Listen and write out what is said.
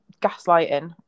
gaslighting